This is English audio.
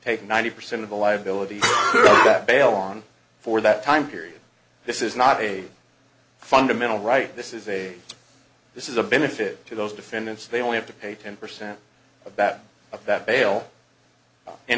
take ninety percent of the liability that bail on for that time period this is not a fundamental right this is a this is a benefit to those defendants they only have to pay ten percent a bet of that bail in